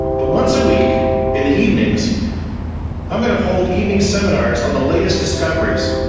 but once a week in the evenings i'm going to hold evening seminars on the latest discoveries,